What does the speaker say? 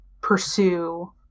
pursue